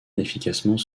efficacement